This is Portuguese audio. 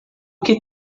que